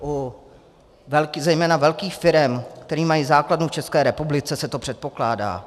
U zejména velkých firem, které mají základnu v České republice, se to předpokládá.